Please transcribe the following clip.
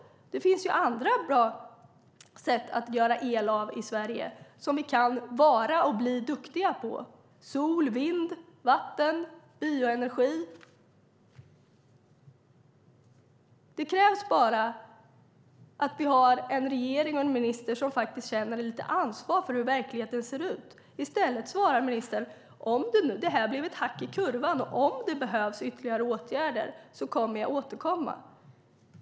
Det finns andra bra sätt att göra el i Sverige som vi kan vara och bli duktiga på. Det finns sol, vind, vatten och bioenergi. Det krävs bara att vi har en regering och en minister som känner lite ansvar för hur verkligheten ser ut. I stället svarar ministern: Det blev ett hack i kurvan, och om det behövs ytterligare åtgärder kommer jag att återkomma.